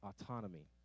autonomy